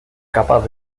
capaz